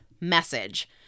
message